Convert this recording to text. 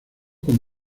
con